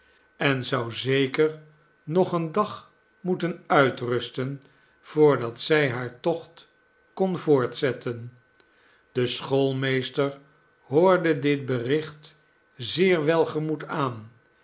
en zou zeker nog een dag moeten uitrusten voordat zij haar tocht kon voortzetten de schoolmeester hoorde dit bericht zeer welgemoed aan